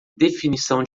definição